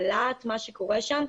בלהט מה שקורה שם,